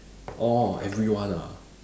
orh everyone ah